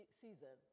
season